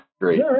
great